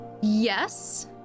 Yes